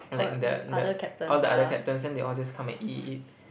like the the all the other captains then they all just come and eat eat eat